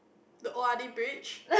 the O_R_D bridge